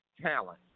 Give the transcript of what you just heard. talent